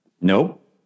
Nope